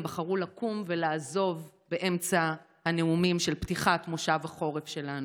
הם בחרו לקום ולעזוב באמצע הנאומים של פתיחת מושב החורף שלנו.